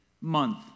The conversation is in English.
month